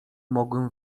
mogłem